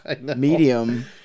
medium